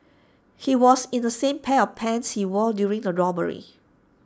he was in the same pair of pants he wore during the robbery